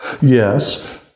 Yes